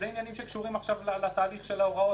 אלה עניינים שקשורים לתהליך של ההוראות.